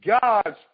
God's